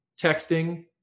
texting